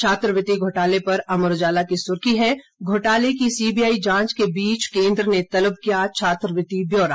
छात्रवृति घोटाले पर अमर उजाला की सुर्खी है घोटाले की सीबीआई जांच के बीच केंद्र ने तलब किया छात्रवृति ब्योरा